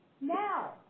now